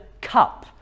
cup